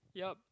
yup